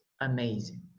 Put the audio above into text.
amazing